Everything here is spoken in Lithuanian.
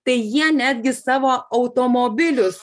tai jie netgi savo automobilius